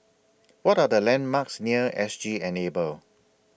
What Are The landmarks near S G Enable